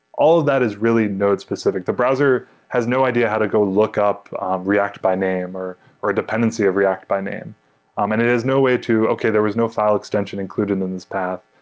all of that is really node-specific. the browser has no idea how to go look up react by name or or dependency of react by name um and it is no way to, okay, there was no file extension included in this path.